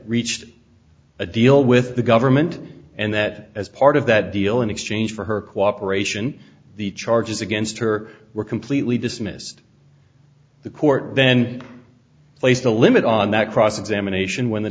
reached a deal with the government and that as part of that deal in exchange for her cooperation the charges against her were completely dismissed the court then placed a limit on that cross examination when the